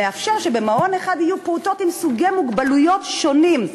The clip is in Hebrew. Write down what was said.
מאפשר שבמעון אחד יהיו פעוטות עם סוגי מוגבלויות שונים,